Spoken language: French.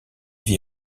vit